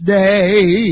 day